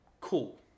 Cool